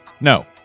No